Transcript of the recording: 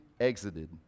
exited